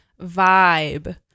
vibe